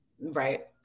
Right